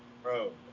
Bro